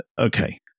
Okay